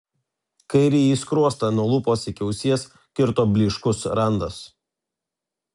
kairįjį skruostą nuo lūpos iki ausies kirto blyškus randas